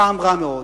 טעם רע מאוד.